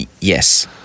Yes